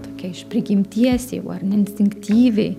tokia iš prigimties jau ar ne instinktyviai